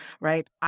right